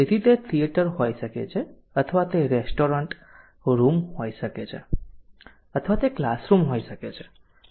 તેથી તે થિયેટર હોઈ શકે છે અથવા તે રેસ્ટોરન્ટ રૂમ હોઈ શકે છે અથવા તે ક્લાસ રૂમ હોઈ શકે છે